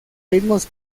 ritmos